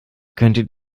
könntet